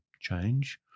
change